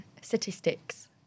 statistics